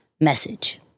message